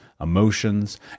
emotions